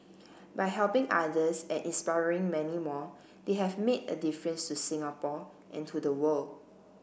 by helping others and inspiring many more they have made a difference to Singapore and to the world